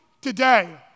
today